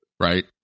right